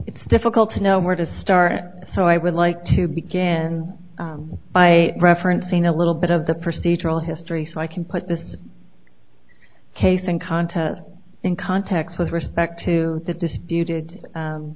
it's difficult to know where to start so i would like to begin by referencing a little bit of the procedural history so i can put this case in contest in context with respect to the disputed